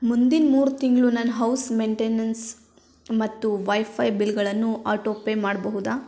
ಮುಂದಿನ ಮೂರು ತಿಂಗಳು ನನ್ನ ಹೌಸ್ ಮೆಂಟೆನೆನ್ಸ್ ಮತ್ತು ವೈಫೈ ಬಿಲ್ಗಳನ್ನು ಆಟೋಪೇ ಮಾಡಬಹುದಾ